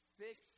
fix